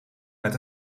met